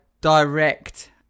direct